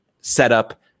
setup